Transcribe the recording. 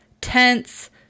tense